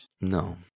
No